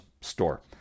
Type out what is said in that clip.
Store